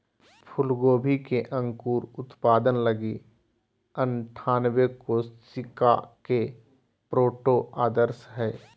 फूलगोभी के अंकुर उत्पादन लगी अनठानबे कोशिका के प्रोट्रे आदर्श हइ